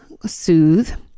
soothe